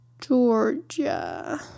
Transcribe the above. Georgia